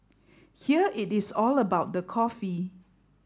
here it is all about the coffee